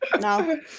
No